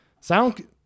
sound